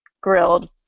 grilled